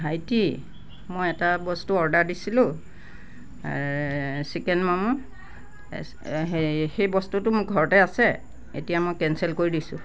ভাইটি মই এটা বস্তু অৰ্ডাৰ দিছিলোঁ চিকেন ম'ম' তাৰ পিছতে সেই সেই বস্তুটো মোৰ ঘৰতে আছে এতিয়া মই কেনছেল কৰি দিছোঁ